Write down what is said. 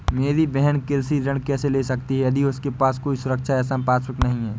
मेरी बहिन कृषि ऋण कैसे ले सकती है यदि उसके पास कोई सुरक्षा या संपार्श्विक नहीं है?